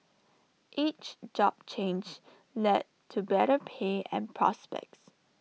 each job change led to better pay and prospects